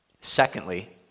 Secondly